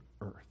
earth